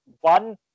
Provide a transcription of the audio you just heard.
one